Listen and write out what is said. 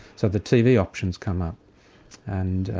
so the tv options come up and.